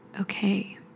Okay